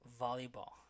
Volleyball